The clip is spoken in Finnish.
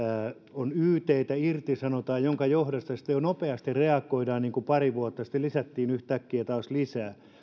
on ytitä ja irtisanotaan minkä johdosta sitten nopeasti jo reagoidaan niin kuin pari vuotta sitten kun lisättiin yhtäkkiä taas lisää